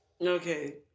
okay